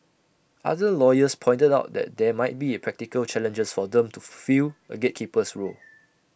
other lawyers pointed out that there might be practical challenges for them to fill A gatekeeper's role